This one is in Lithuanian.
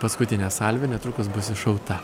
paskutinė salvė netrukus bus iššauta